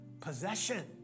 possession